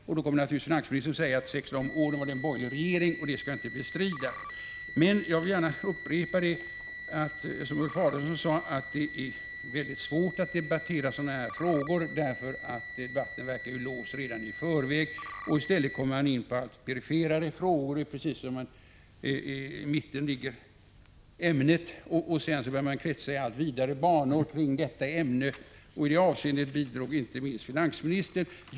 Finansministern hänvisar på den punkten naturligtvis till de sex åren under borgerliga regeringar, och det skall inte bestridas att den perioden ingår, men jag vill upprepa det som Ulf Adelsohn sade: Det är väldigt svårt att debattera sådana här frågor, eftersom debatten verkar låst redan i förväg. I stället kommer man in på alltmer perifera frågor. Man börjar kretsa i allt vidare banor kring det centrala ämnet, och till detta har inte minst finansministern bidragit.